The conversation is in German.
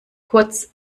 kurz